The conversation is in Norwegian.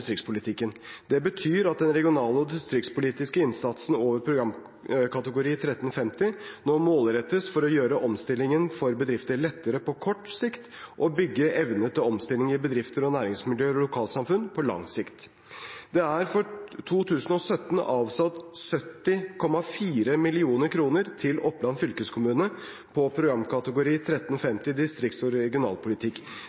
Det betyr at den regional- og distriktspolitiske innsatsen over programkategori 13.50 nå målrettes for å gjøre omstilling for bedrifter lettere på kort sikt og å bygge evne til omstilling i bedrifter, næringsmiljøer og lokalsamfunn på lang sikt. Det er for 2017 avsatt 70,4 mill. kr til Oppland fylkeskommune på programkategori